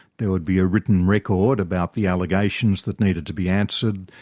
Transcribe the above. there would be a written record about the allegations that needed to be answered,